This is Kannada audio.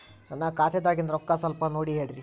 ನನ್ನ ಖಾತೆದಾಗಿನ ರೊಕ್ಕ ಸ್ವಲ್ಪ ನೋಡಿ ಹೇಳ್ರಿ